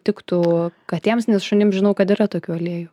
tiktų katėms nes šunims žinau kad yra tokių aliejų